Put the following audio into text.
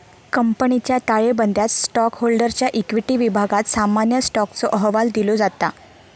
कंपनीच्या ताळेबंदयात स्टॉकहोल्डरच्या इक्विटी विभागात सामान्य स्टॉकचो अहवाल दिलो जाता